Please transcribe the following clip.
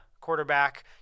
quarterback